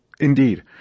Indeed